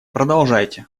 продолжайте